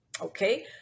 Okay